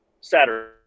Saturday